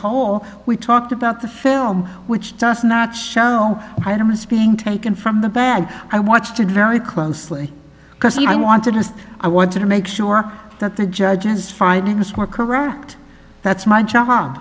whole we talked about the film which does not show items being taken from the bag i watched it very closely because i wanted list i want to make sure that the judges find it much more correct that's my job